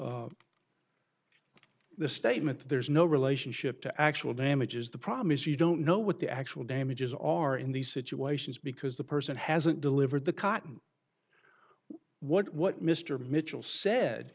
the statement that there's no relationship to actual damages the problem is you don't know what the actual damages are in these situations because the person hasn't delivered the cotton what what mr mitchell sa